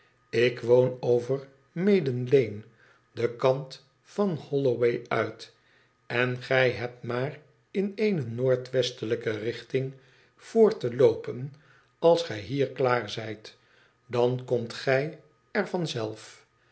ik woon over maiden lane den kant van houoway uit en j hebt maar in eene noordwestelijke richting voort te loopen fds gij hier klaar zijt dan komt gij er